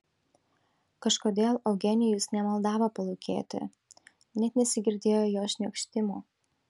kažkodėl eugenijus nemaldavo palūkėti net nesigirdėjo jo šniokštimo